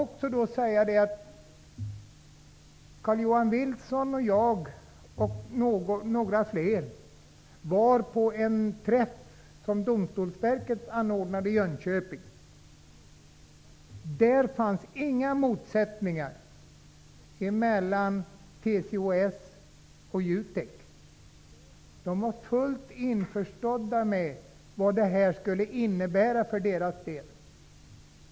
Carl-Johan Wilson och jag och några till var på en träff som domstolsverket anordnade i Jönköping. Där fanns inga motsättningar mellan TCO-S och Jusek. De var fullt införstådda med vad detta skulle innebära för deras del.